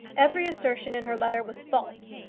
every assertion in her letter was false.